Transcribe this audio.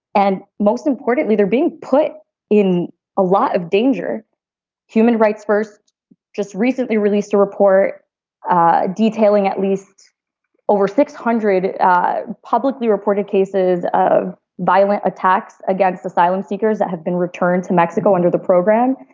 and most importantly, they're being put in a lot of danger human rights first just recently released a report ah detailing at least over six hundred publicly reported cases of violent attacks against asylum seekers that have been returned to mexico under the program.